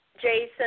Jason